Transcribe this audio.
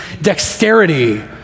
dexterity